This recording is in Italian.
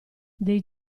dei